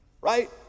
Right